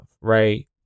right